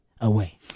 away